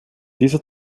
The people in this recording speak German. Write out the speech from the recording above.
dieser